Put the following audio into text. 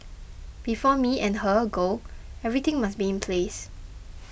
before me and her go everything must be in place